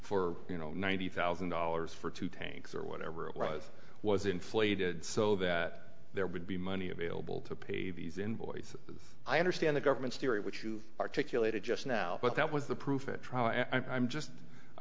for you know ninety thousand dollars for two tanks or whatever it was was inflated so that there would be money available to pay these invoices i understand the government's theory which you've articulated just now but that was the proof it try i'm just i